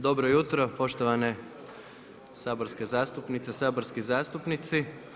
Dobro jutro poštovane saborske zastupnice i saborski zastupnici.